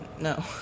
No